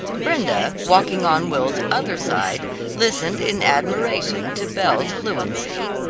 brenda, walking on will's other side listened in admiration to belle's fluency.